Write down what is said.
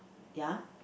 ya